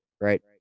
Right